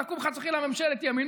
תקום חס וחלילה ממשלת ימין,